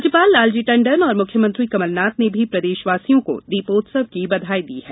राज्यपाल लालजी टंडन और मुख्यमंत्री कमलनाथ ने भी प्रदेशवासियों को दीपोत्सव की बधाई दी है